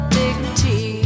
dignity